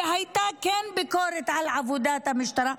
וכן הייתה ביקורת על עבודת המשטרה.